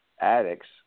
addicts